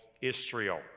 Israel